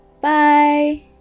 Bye